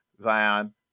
zion